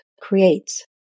creates